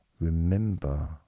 Remember